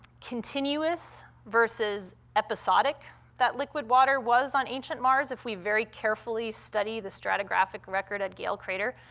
continuous versus episodic that liquid water was on ancient mars, if we very carefully study the stratigraphic record at gale crater.